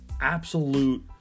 absolute